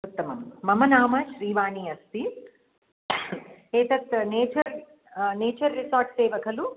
उत्तमं मम नाम श्रीवाणी अस्ति एतत् नेचर् नेचर् रिसार्ट् सेवा खलु